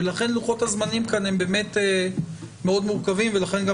ולכן לוחות הזמנים כאן הם באמת מאוד מורכבים ולכן גם